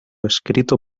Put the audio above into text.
escrito